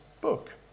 book